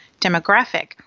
demographic